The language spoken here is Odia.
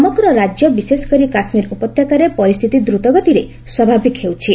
ସମଗ୍ର ରାଜ୍ୟ ବିଶେଷକରି କାଶ୍ମୀର ଉପତ୍ୟକାରେ ପରିସ୍ଥିତି ଦ୍ରତ ଗତିରେ ସ୍ୱାଭାବିକ ହେଉଛି